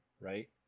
right